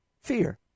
Fear